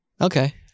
Okay